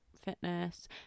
fitness